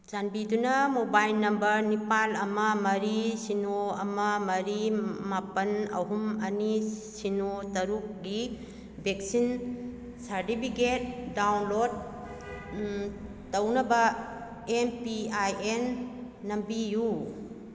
ꯆꯥꯟꯕꯤꯗꯨꯅ mobile number ꯅꯤꯄꯥꯜ ꯑꯃ ꯃꯔꯤ ꯁꯤꯅꯣ ꯑꯃ ꯃꯔꯤ ꯃꯥꯄꯜ ꯑꯍꯨꯝ ꯑꯅꯤ ꯁꯤꯅꯣ ꯇꯔꯨꯛꯒꯤ ꯚꯦꯛꯁꯤꯟ ꯁꯥꯔꯗꯤꯕꯤꯒꯦꯠ ꯗꯥꯎꯟꯂꯣꯠ ꯇꯧꯅꯕ ꯑꯦꯝ ꯄꯤ ꯑꯥꯏ ꯑꯦꯟ ꯅꯝꯕꯤꯌꯨ